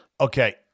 Okay